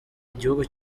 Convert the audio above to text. igihugu